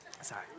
sorry